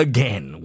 Again